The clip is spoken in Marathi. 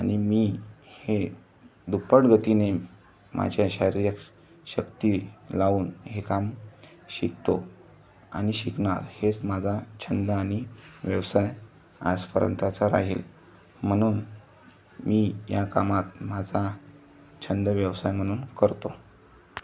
आणि मी हे दुप्पट गतिने माझ्या शारीरिक शक्ती लावून हे काम शिकतो आणि शिकणार हेच माझा छंद आणि व्यवसाय आजपर्यंतचा राहील म्हणून मी या कामात माझा छंद व्यवसाय म्हणून करतो